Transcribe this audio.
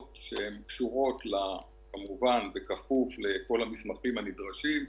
שקשורות לכך כמובן בכפוף לכל המסמכים הנדרשים,